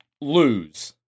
lose